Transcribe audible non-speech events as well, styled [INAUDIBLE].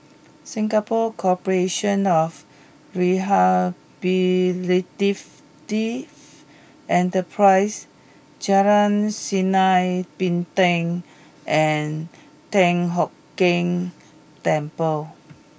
Singapore Corporation of Rehabilitative Enterprises Jalan Sinar Bintang and Tian [UNINTELLIGIBLE] Keng Temple